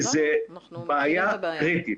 כי זה בעיה קריטית.